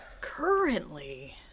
currently